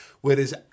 Whereas